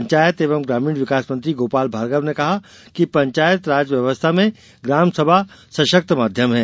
पंचायत एवं ग्रामीण विकास मंत्री गोपाल भार्गव ने कहा है कि पंचायत राज व्यवस्था में ग्राम सभा सशक्त माध्यम है